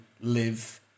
live